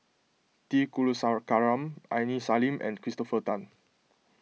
T Kulasekaram Aini Salim and Christopher Tan